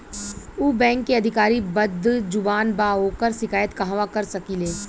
उ बैंक के अधिकारी बद्जुबान बा ओकर शिकायत कहवाँ कर सकी ले